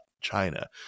China